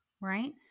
right